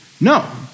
No